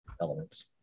elements